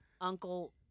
Uncle